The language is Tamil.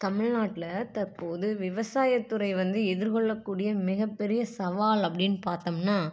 தமிழ்நாட்டில் தற்போது விவசாயத்துறை வந்து எதிர்கொள்ளக்கூடிய மிகப்பெரிய சவால் அப்படின்னு பார்த்தம்னா